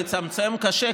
לצמצם קשה,